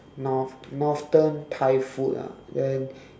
north northern thai food ah then